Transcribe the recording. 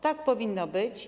Tak powinno być.